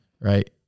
right